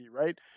right